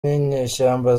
n’inyeshyamba